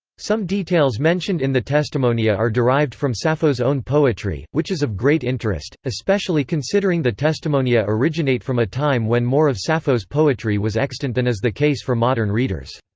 some details mentioned in the testimonia are derived from sappho's own poetry, which is of great interest, especially considering the testimonia originate from a time when more of sappho's poetry was extant than is the case for modern readers.